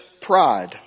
pride